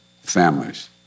families –